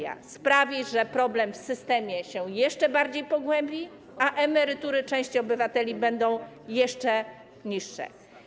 Ona sprawi, że problem w systemie się jeszcze bardziej pogłębi, a emerytury części obywateli będą jeszcze niższe.